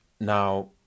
Now